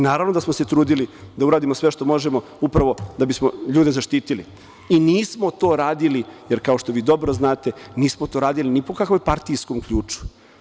Naravno da smo se trudili da uradimo sve što možemo upravo da bismo ljude zaštitili i nismo to radili jer kao što vi dobro znate, nismo to radili ni po kakvom partijskom ključu.